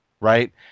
right